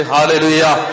Hallelujah